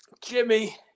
Jimmy